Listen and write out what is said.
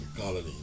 colony